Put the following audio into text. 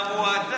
אדם הוא אדם.